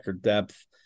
depth